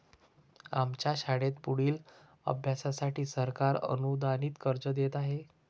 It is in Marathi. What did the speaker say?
आमच्या शाळेत पुढील अभ्यासासाठी सरकार अनुदानित कर्ज देत आहे